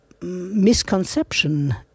misconception